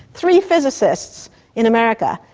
three physicists in america,